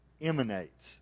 emanates